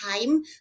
time